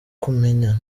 kumenya